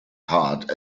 heart